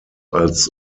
als